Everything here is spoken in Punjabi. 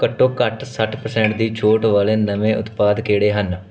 ਘੱਟੋ ਘੱਟ ਸੱਠ ਪਰਸੈਂਟ ਦੀ ਛੋਟ ਵਾਲੇ ਨਵੇਂ ਉਤਪਾਦ ਕਿਹੜੇ ਹਨ